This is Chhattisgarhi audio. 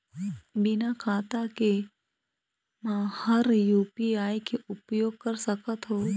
बिना खाता के म हर यू.पी.आई के उपयोग कर सकत हो?